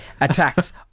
attacks